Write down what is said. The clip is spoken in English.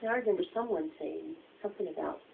i remember someone saying something about,